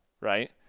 right